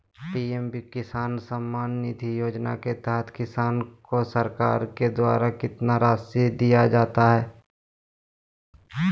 PM Kisan Samman Nidhi Yojana के तहत किसान को सरकार के द्वारा कितना रासि दिया जाता है?